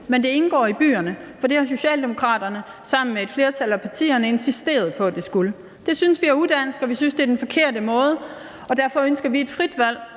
Men det indgår i byerne, for det har Socialdemokraterne sammen med et flertal af partierne insisteret på det skulle. Det synes vi er udansk, og vi synes, det er den forkerte måde. Derfor ønsker vi et frit valg